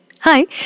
Hi